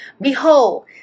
behold